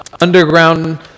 underground